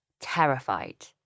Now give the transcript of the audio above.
terrified